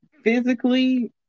physically